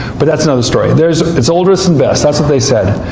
but that's another story. there's it's oldest and best. that's what they said.